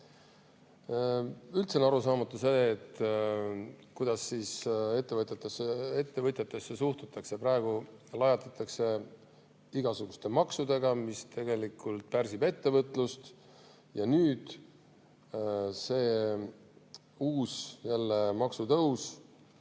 Üldse on arusaamatu see, kuidas ettevõtjatesse suhtutakse. Praegu lajatatakse igasuguste maksudega, mis tegelikult pärsib ettevõtlust. Nüüd tuleb jälle uus maksutõus